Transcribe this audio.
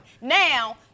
Now